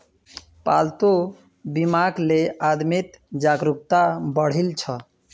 पालतू बीमाक ले आदमीत जागरूकता बढ़ील छ